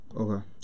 Okay